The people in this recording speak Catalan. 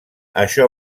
això